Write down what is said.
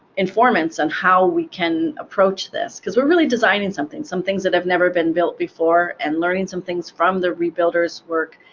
informants and how we can approach this. because we're really designing something some things that have never been built before, and learning some things from the rebuilders' work,